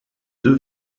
deux